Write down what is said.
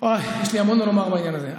יש לי המון מה לומר בעניין הזה.